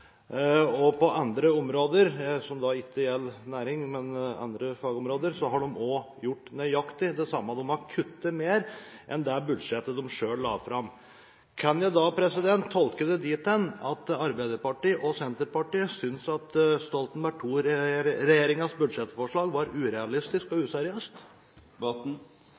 På andre områder, som ikke gjelder næring, men andre fagområder, har de også gjort nøyaktig det samme – de har kuttet mer enn det budsjettet de selv la fram. Kan jeg da tolke det dit hen at Arbeiderpartiet og Senterpartiet synes at Stoltenberg II-regjeringens budsjettforslag var urealistisk og useriøst?